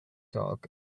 dog